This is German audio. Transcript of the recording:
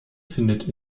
findet